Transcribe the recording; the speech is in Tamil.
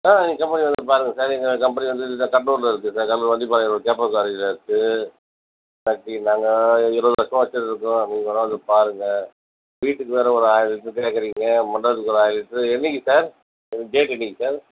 ஆ நீங்கள் கம்பெனி வந்து பாருங்கள் சார் எங்க கம்பெனி வந்து இந்த கடலூரில் இருக்கு சார் கடலூர் வண்டிப்பாளையம் ரோடு கேப்பனகாரர் வீதியில இருக்கு ஃபேக்ட்ரி நாங்கள் இருபது வருஷமாக வச்சிட்டுருக்கோம் நீங்கள் வேணா வந்து பாருங்கள் வீட்டுக்கு வேறு ஒரு ஆயிரம் லிட்ரு கேட்கறீங்க மண்டபத்துக்கு ஒரு ஆயிரம் லிட்டர் என்றைக்கு சார் டேட் என்றைக்கு சார்